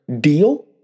deal